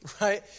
right